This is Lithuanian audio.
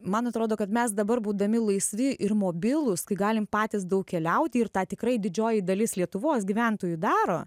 man atrodo kad mes dabar būdami laisvi ir mobilūs tai galim patys daug keliauti ir tą tikrai didžioji dalis lietuvos gyventojų daro